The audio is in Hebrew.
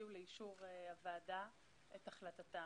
יביאו לאישור הוועדה את החלטתם.